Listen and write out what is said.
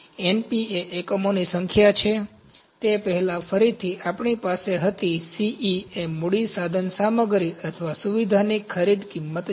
Np એ એકમોની સંખ્યા છે તે પહેલાં ફરીથી આપણી પાસે હતી Ce એ મૂડી સાધન સામગ્રી અથવા સુવિધાની ખરીદી કિંમત છે